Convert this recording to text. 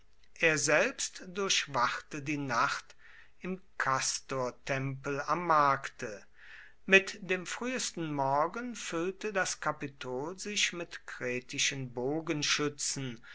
er selbst durchwachte die nacht im kastortempel am markte mit dem frühesten morgen füllte das kapitol sich mit kretischen bogenschützen